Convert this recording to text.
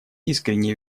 искренне